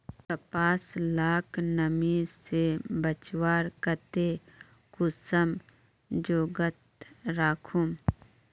कपास लाक नमी से बचवार केते कुंसम जोगोत राखुम?